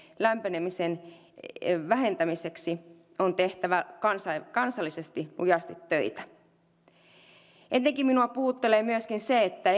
lämpenemisen vähentämiseksi on tehtävä kansallisesti lujasti töitä minua puhuttelee etenkin se että